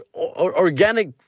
organic